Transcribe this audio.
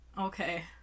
Okay